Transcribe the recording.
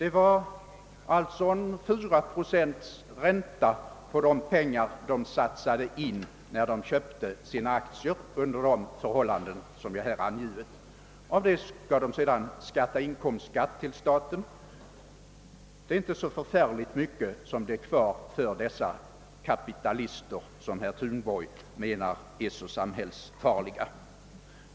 De har alltså fått 4 procents ränta på de pengar de satsade när de köpte in sina aktier under de förhållanden jag angivit. Sedan skall de betala inkomstskatt på detta till staten. Det är inte särskilt mycket kvar för dessa »kapitalister», som herr Thunborg menar är så samhällsfarliga.